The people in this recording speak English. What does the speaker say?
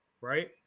right